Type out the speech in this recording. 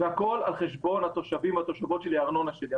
והכל על חשבון התושבים והתושבות והארנונה שלי.